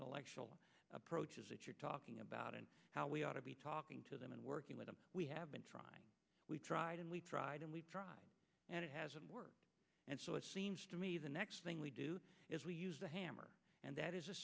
intellectual approaches that you're talking about and how we ought to be talking to them and working with them we have been trying we've tried and we've tried and we've tried and it hasn't worked and so it seems to me the next thing we do is we use the hammer and that is a